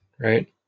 right